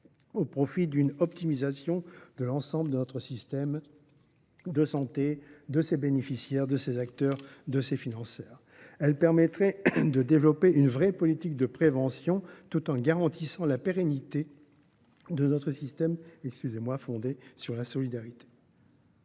au profit d’une optimisation de l’ensemble de notre système de santé, de ses bénéficiaires, de ses acteurs, de ses financeurs. Cela permettrait de développer une vraie politique de prévention, tout en garantissant la pérennité de notre système, fondé sur la solidarité.